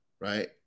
Right